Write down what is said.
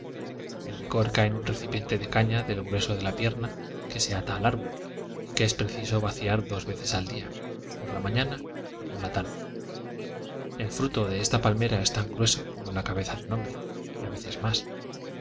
el licor cae en un recipiente de caña del grueso de la pierna que se ata al árbol y que es preciso vaciar dos veces al día por la mañana y por la tarde el fruto de esta palmera es tan grueso como la cabeza de un hombre y a veces más